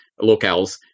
locales